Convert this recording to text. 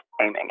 aiming